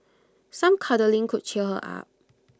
some cuddling could cheer her up